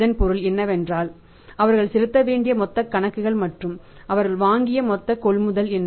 இதன் பொருள் என்னவென்றால் அவர்கள் செலுத்த வேண்டிய மொத்த கணக்குகள் மற்றும் அவர்கள் வாங்கிய மொத்த கொள்முதல் என்ன